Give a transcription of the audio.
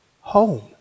home